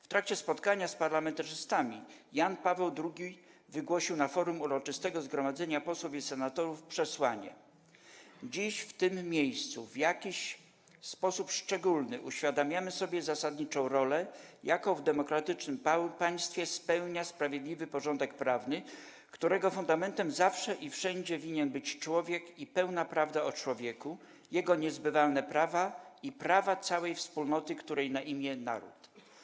W trakcie spotkania z parlamentarzystami Jan Paweł II wygłosił na forum uroczystego Zgromadzenia Posłów i Senatorów przesłanie: 'Dziś, w tym miejscu, w jakiś sposób szczególny uświadamiamy sobie zasadniczą rolę, jaką w demokratycznym państwie spełnia sprawiedliwy porządek prawny, którego fundamentem zawsze i wszędzie winien być człowiek i pełna prawda o człowieku, jego niezbywalne prawa i prawa całej wspólnoty, której na imię Naród'